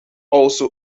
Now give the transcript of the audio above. also